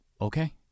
Okay